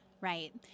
Right